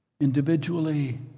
Individually